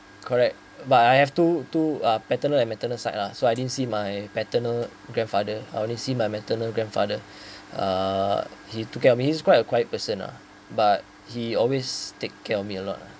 correct but I have two two uh paternal and maternal side lah so I didn't see my paternal grandfather I only see my maternal grandfather uh he took care of me he's quite a quiet person lah but he always take care of me a lot